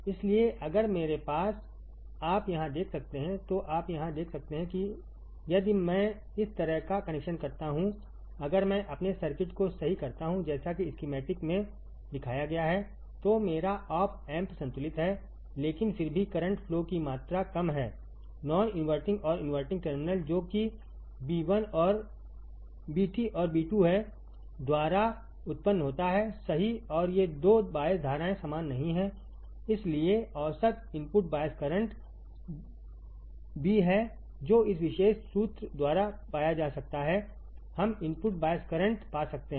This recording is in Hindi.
इसलिए अगर मेरे पास आप यहां देख सकते हैं तो आप यहां देख सकते हैं यदि मैं इस तरह का कनेक्शन करता हूं अगर मैं अपने सर्किट को सही करता हूं जैसा कि स्कीमैटिक में दिखाया गया है तो मेरा ऑप एम्प संतुलित है लेकिन फिर भीकरंट फ्लो की मात्रा कम है नॉन इन्वर्टिंग और इन्वर्टिंग टर्मिनल जो कि Ib1और Ib2द्वारा उत्पन्न होता है सही और ये 2 बायस धाराएं समान नहीं हैं इसलिए औसत इनपुट बायस करंट Ib हैजो इस विशेष सूत्र द्वारा पाया जा सकता है हम इनपुट बायस करंट पा सकते हैं